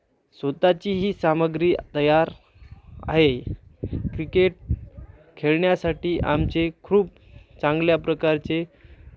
स्वत ची ही सामग्री तयार आहे क्रिकेट खेळण्यासाठी आमचे खूप चांगल्या प्रकारचे